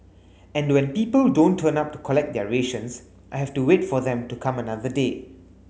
and when people don't turn up to collect their rations I have to wait for them to come another day